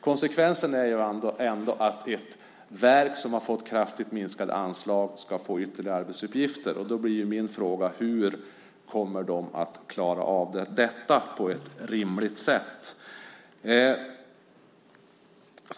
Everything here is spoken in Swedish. Konsekvensen är ändå att ett verk som har fått kraftigt minskade anslag ska få ytterligare arbetsuppgifter. Hur ska verket klara av detta på ett rimligt sätt?